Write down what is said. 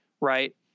Right